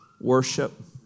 worship